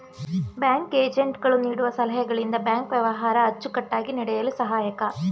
bank ಏಜೆಂಟ್ ಗಳು ನೀಡುವ ಸಲಹೆಗಳಿಂದ ಬ್ಯಾಂಕ್ ವ್ಯವಹಾರ ಅಚ್ಚುಕಟ್ಟಾಗಿ ನಡೆಯಲು ಸಹಾಯಕ